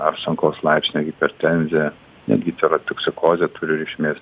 ar sunkaus laipsnio hipertenziją netgi tirotoksikozė turi reikšmės